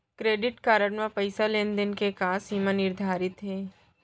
Credit card म पइसा लेन देन के का सीमा निर्धारित हे?